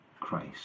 Christ